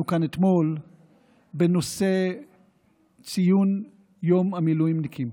כאן אתמול בנושא ציון יום המילואימניקים.